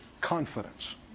confidence